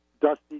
dusty